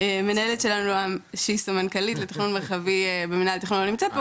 שהמנהלת שלנו שהיא סמנכ"לית לתכנון מרחבי במנהל התכנון לא נמצאת פה,